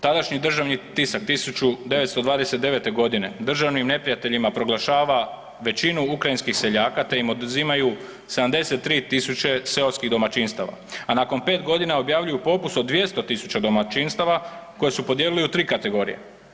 Tadašnji državni tisak 1929. g. državnim neprijateljima proglašava većinu ukrajinskih seljaka te im oduzimaju 73 seoskih domaćinstava, a nakon 5 godina objavljuju popis od 200 tisuća domaćinstava koje su podijelili u 3 kategorije.